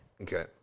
okay